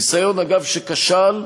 ניסיון, אגב, שכשל,